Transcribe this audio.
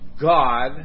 God